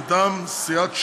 מטעם סיעת ש"ס.